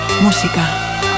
música